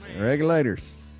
regulators